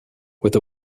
with